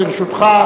לבטיחות בדרכים (הוראת שעה)